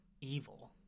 evil